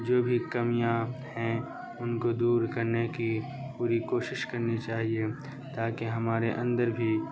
جو بھی کمیاں ہیں ان کو دور کرنے کی پوری کوشش کرنی چاہیے تاکہ ہمارے اندر بھی